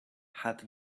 had